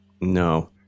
No